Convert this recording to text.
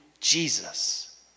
Jesus